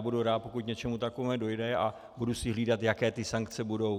Budu rád, pokud k něčemu takovému dojde, a budu si hlídat, jaké ty sankce budou.